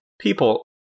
people